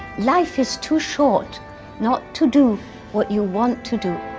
life is too short not to do what you want to do.